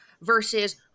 versus